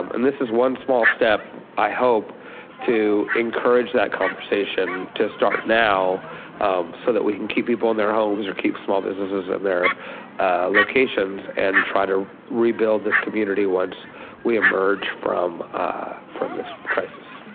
um and this is one small step, i hope to encourage that conversation to start now so that we can keep people in their homes or keep small businesses and their locations locations and try to rebuild this community once we emerge from from this crisis.